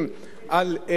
פעולה אחת של כיבוי אש,